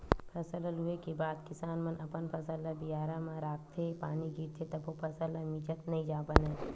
फसल ल लूए के बाद किसान मन अपन फसल ल बियारा म राखथे, पानी गिरथे तभो फसल ल मिजत नइ बनय